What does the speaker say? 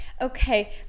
okay